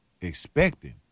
expecting